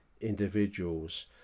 individuals